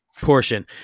portion